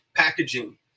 packaging